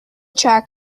track